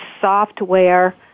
software